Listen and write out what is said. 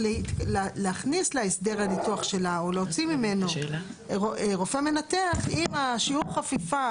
להכניס להסדר הניתוח שלה או להוציא ממנו רופא מנתח אם השיעור חפיפה,